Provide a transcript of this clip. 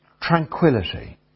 tranquility